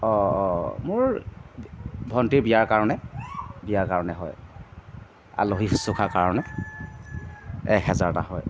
অঁ অঁ মোৰ ভন্টীৰ বিয়াৰ কাৰণে বিয়াৰ কাৰণে হয় আলহীৰ শুশ্ৰূষাৰ কাৰণে এহেজাৰটা হয়